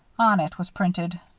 on it was printed